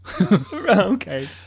Okay